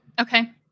Okay